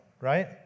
Right